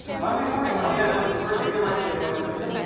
monday morning. oh yeah. that was the first real-life video i ever did.